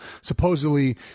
supposedly